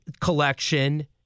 collection